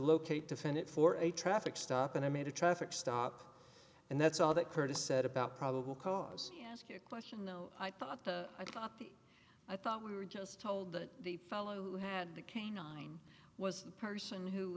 locate defendant for a traffic stop and i made a traffic stop and that's all that curtis said about probable cause ask you a question no i thought i got the i thought we were just told that the fellow who had the canine was the person who